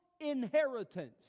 inheritance